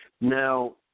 Now